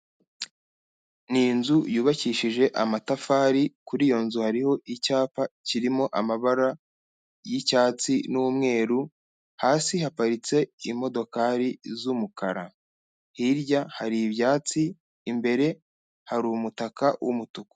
Ni inzu yubakishije amatafari, kuri iyo nzu hariho icyapa kirimo amabara y'icyatsi n'umweru, hasi haparitse imodokari z'umukara, hirya hari ibyatsi, imbere hari umutaka w'umutuku.